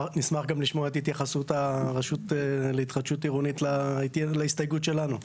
נשמח גם לשמוע את התייחסות הרשות להתחדשות עירונית להסתייגות שלנו.